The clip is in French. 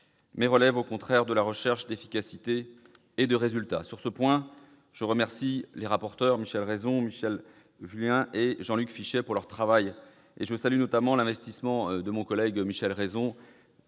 Il relève au contraire de la recherche d'efficacité et de résultats. À cet égard, je remercie les rapporteurs Michel Raison, Michèle Vullien et Jean-Luc Fichet de leur travail. Je salue notamment l'investissement de mon collègue Michel Raison,